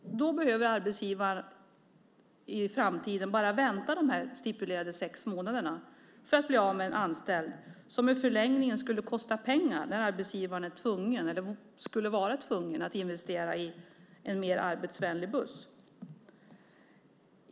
I framtiden behöver arbetsgivaren då bara vänta de stipulerade sex månaderna för att bli av med denne anställde som ju i en förlängning skulle kosta pengar när arbetsgivaren skulle bli tvungen att investera i en mer arbetsvänlig buss.